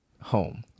home